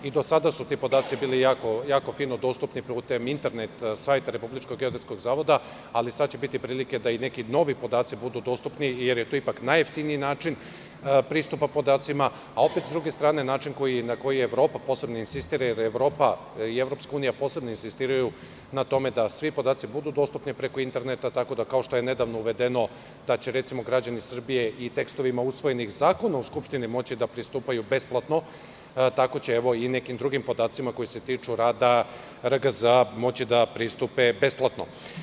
I do sada su ti podaci bili jako fino dostupni putem internet sajta RGZ, ali sad će biti prilike da i neki novi podaci budu dostupni, jer je to ipak najjeftiniji način pristupa podacima, a opet, s druge strane, način i na koji Evropa posebno insistira, jer Evropa i EU posebno insistiraju na tome da svi podaci budu dostupni preko interneta, tako da kao što je nedavno uvedeno da će, recimo, građani Srbije i tekstovima usvojenih zakona u Skupštini moći da pristupaju besplatno, tako će i nekim drugim podacima koji se tiču rada RGZ moći da pristupe besplatno.